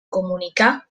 comunicar